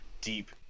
deep